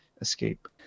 escape